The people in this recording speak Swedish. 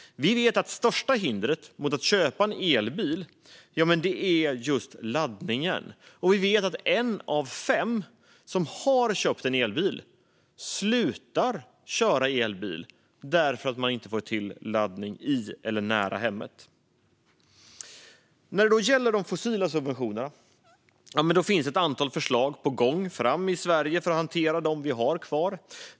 Vi vet att det största hindret för att köpa en elbil är just laddningen. Vi vet också att en av fem som har köpt en elbil slutar att köra elbil därför att man inte får till laddning i eller nära hemmet. När det gäller de fossila subventionerna finns det ett antal förslag på gång i Sverige för att hantera dem vi har kvar.